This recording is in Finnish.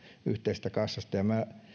yhteisestä kassasta